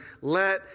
let